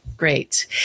Great